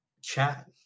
chat